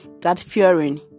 God-fearing